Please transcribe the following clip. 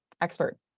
expert